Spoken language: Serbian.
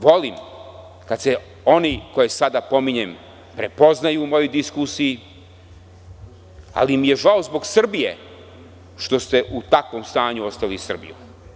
Volim kada se oni koje sada pominjem prepoznaju u mojoj diskusiji, ali mi je žao zbog Srbije, što ste u takvom stanju ostavili Srbiju.